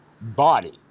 Body